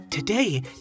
Today